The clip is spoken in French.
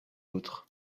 autres